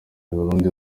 burundi